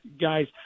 guys